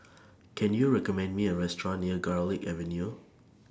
Can YOU recommend Me A Restaurant near Garlick Avenue